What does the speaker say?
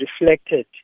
reflected